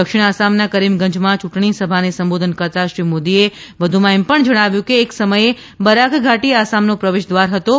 દક્ષિણ આસામના કરીમગંજમાં યૂંટણી સભાને સંબોધન કરતાં શ્રી મોદીએ કહ્યું હતું કે એક સમયે બરાક ધાટી આસામનો પ્રવેશ દ્વાર હતાં